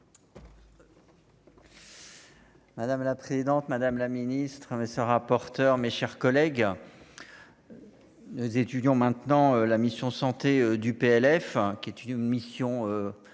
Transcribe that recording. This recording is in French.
Madame la présidente, madame la ministre avait rapporteur, mes chers collègues, nous étudions maintenant la mission santé du PLF, hein, qui est une mission